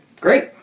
Great